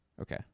Okay